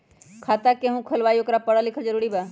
खाता जे केहु खुलवाई ओकरा परल लिखल जरूरी वा?